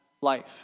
life